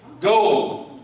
go